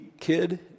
kid